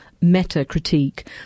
meta-critique